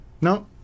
no